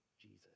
Jesus